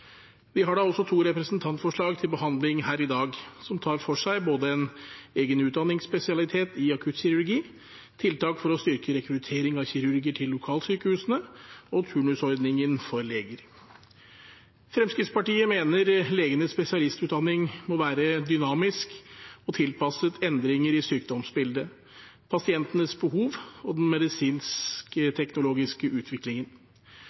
Vi har da også to representantforslag til behandling her i dag, som tar for seg både en egen utdanningsspesialitet i akuttkirurgi, tiltak for å styrke rekruttering av kirurger til lokalsykehusene og turnusordningen for leger. Fremskrittspartiet mener legenes spesialistutdanning må være dynamisk og tilpasset endringer i sykdomsbildet, pasientenes behov og den medisinsk-teknologiske utviklingen.